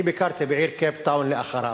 אני ביקרתי בעיר קייפטאון לאחר האפרטהייד.